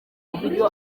buryo